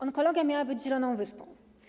Onkologia miała być zieloną wyspą.